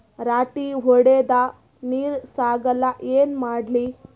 ರಾಟಿ ಹೊಡದ ನೀರ ಸಾಕಾಗಲ್ಲ ಏನ ಮಾಡ್ಲಿ?